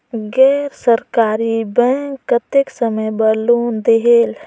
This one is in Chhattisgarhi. गैर सरकारी बैंक कतेक समय बर लोन देहेल?